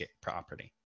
property